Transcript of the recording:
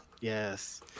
Yes